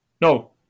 No